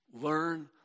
Learn